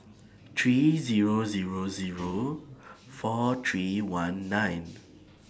three Zero Zero Zero four three one nine